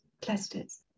clusters